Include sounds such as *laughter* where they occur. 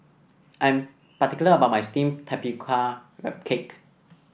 I'm particular about my steamed Tapioca *unintelligible* Cake